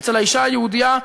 אצל האישה היהודייה,